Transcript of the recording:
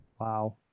Wow